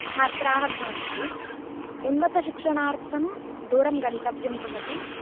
छात्राः भवन्ति उन्नतशिक्षणार्थं दूरं गन्तव्यं भवति